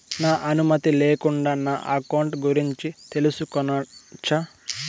నా అనుమతి లేకుండా నా అకౌంట్ గురించి తెలుసుకొనొచ్చా?